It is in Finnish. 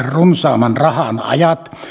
runsaamman rahan ajat